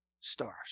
stars